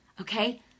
Okay